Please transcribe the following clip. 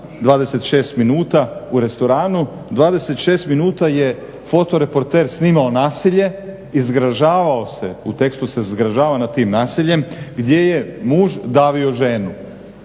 26 minuta u restoranu. 26 minuta je fotoreporter snimao nasilje i zgražavao se, u tekstu se zgražavao nad tim nasiljem, gdje je muž davio ženu.